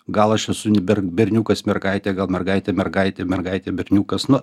gal aš esu ne ber berniukas mergaitė gal mergaitė mergaitė mergaitė berniukas nu